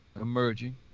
emerging